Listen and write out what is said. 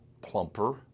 plumper